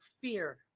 fear